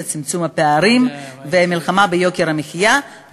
צמצום הפערים ומלחמה ביוקר המחיה,